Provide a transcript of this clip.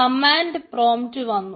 command prompt വന്നു